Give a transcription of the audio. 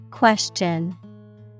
Question